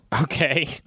okay